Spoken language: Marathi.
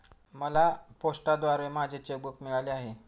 मला पोस्टाद्वारे माझे चेक बूक मिळाले आहे